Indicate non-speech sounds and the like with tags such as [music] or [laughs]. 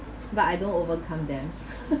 but I don't overcome them [laughs]